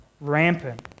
rampant